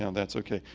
um that's okay.